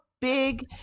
big